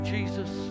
Jesus